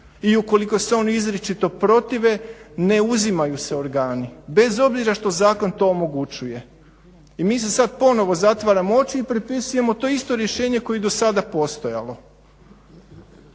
i ukoliko se on izričito protive ne uzimaju se organi bez obzira što zakon to omogućuje i mi si sada ponovno zatvaramo oči i propisujemo to isto rješenje koje je i do sada postojalo.